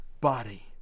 body